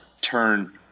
turn